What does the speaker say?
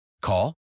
Call